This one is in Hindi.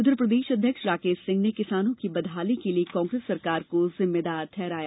उधर प्रदेश अध्यक्ष राकेश सिंह ने किसानों की बदहाली के लिए कांग्रेस सरकार को जिम्मेदार ठहराया